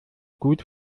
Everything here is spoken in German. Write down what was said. gut